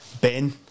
Ben